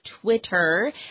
Twitter